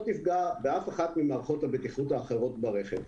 תפגע באף אחת ממערכות הבטיחות האחרות ברכב.